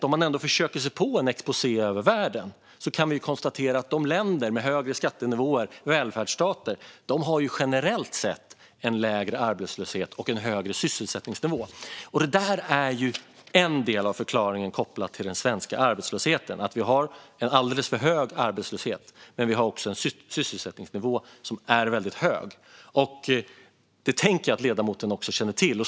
Om man försöker sig på en exposé över världen och tittar generellt kan vi konstatera att länder med högre skattenivåer som är välfärdsstater generellt sett har en lägre arbetslöshet och en högre sysselsättningsnivå. Det är en del av förklaringen till den svenska arbetslösheten. Vi har en alldeles för hög arbetslöshet. Men vi har också en sysselsättningsnivå som är väldigt hög. Det tänker jag att ledamoten också känner till.